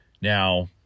Now